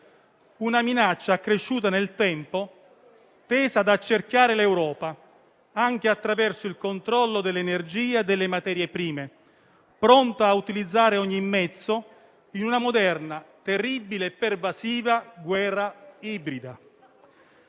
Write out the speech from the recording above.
una minaccia accresciuta nel tempo, tesa ad accerchiare l'Europa, anche attraverso il controllo dell'energia e delle materie prime, pronta a utilizzare ogni mezzo in una moderna, terribile e pervasiva guerra ibrida.